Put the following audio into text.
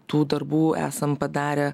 tų darbų esam padarę